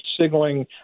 signaling